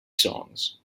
songs